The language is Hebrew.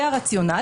זה הרציונל.